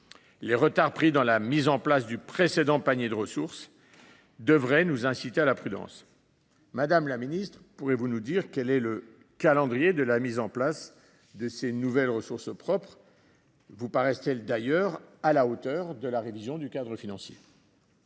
Les retards pris dans la mise en place du précédent panier de ressources devraient nous inciter à la prudence. Madame la secrétaire d’État, quel est le calendrier de la mise en place de ces nouvelles ressources propres ? Celles-ci vous paraissent-elles à la hauteur de la révision du cadre financier ?